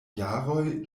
jaroj